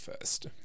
first